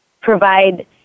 provide